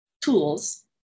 tools